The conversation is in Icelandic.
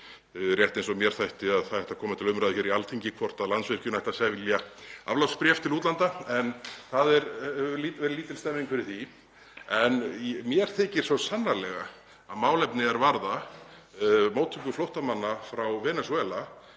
rétt eins og mér þætti að það ætti að koma til umræðu á Alþingi hvort Landsvirkjun ætti að selja aflátsbréf til útlanda, en það hefur verið lítil stemmning fyrir því. En mér þykir svo sannarlega að málefni er varða móttöku flóttamanna frá Venesúela